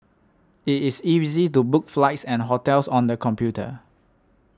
it is easy to book flights and hotels on the computer